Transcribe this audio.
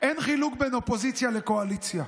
אין חילוק בין אופוזיציה לקואליציה.